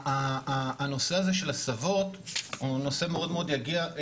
הנושא הזה של הסבות הוא נושא מאוד ידוע.